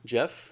Jeff